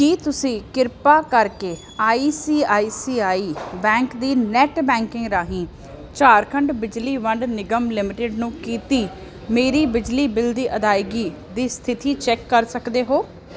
ਕੀ ਤੁਸੀਂ ਕਿਰਪਾ ਕਰਕੇ ਆਈ ਸੀ ਆਈ ਸੀ ਆਈ ਬੈਂਕ ਦੀ ਨੈੱਟ ਬੈਂਕਿੰਗ ਰਾਹੀਂ ਝਾਰਖੰਡ ਬਿਜਲੀ ਵੰਡ ਨਿਗਮ ਲਿਮਟਿਡ ਨੂੰ ਕੀਤੀ ਮੇਰੀ ਬਿਜਲੀ ਬਿੱਲ ਦੀ ਅਦਾਇਗੀ ਦੀ ਸਥਿਤੀ ਚੈਕ ਕਰ ਸਕਦੇ ਹੋ